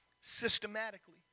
systematically